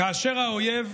כאשר האויב,